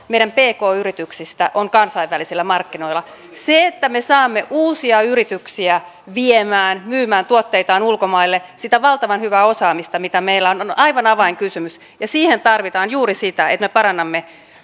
meidän pk yrityksistä on kansainvälisillä markkinoilla se että me saamme uusia yrityksiä viemään myymään tuotteitaan ulkomaille sitä valtavan hyvää osaamista mitä meillä on on aivan avainkysymys ja siihen tarvitaan juuri sitä että me parannamme